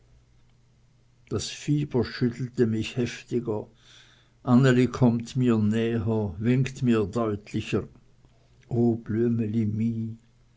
das fieber schüttelte mich heftiger anneli kömmt mir näher winkt mir deutlicher